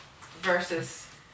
Versus